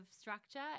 structure